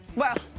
well,